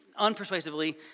unpersuasively